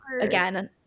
again